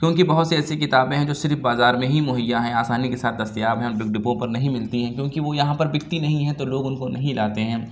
کیوں کہ بہت سی ایسی کتابیں ہیں جو صرف بازار میں ہی مہیّا ہیں آسانی سے دستیاب ہیں اور بک ڈپو پر نہیں ملتی ہیں کیوں کہ وہ یہاں پر بِکتی نہیں ہیں تو لوگ اُن کو نہیں لاتے ہیں